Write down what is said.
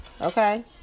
Okay